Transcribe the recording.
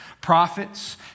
Prophets